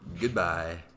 Goodbye